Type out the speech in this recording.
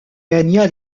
gagna